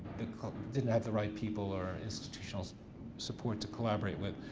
didn't have the right people or institutional support to collaborate with,